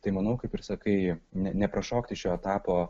tai manau kaip ir sakai ne neprašokti šio etapo